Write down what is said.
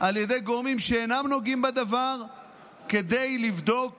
על ידי גורמים שאינם נוגעים בדבר כדי לבדוק